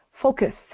focus